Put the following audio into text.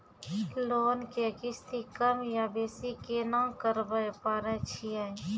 Loan के किस्ती कम या बेसी केना करबै पारे छियै?